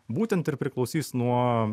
būtent ir priklausys nuo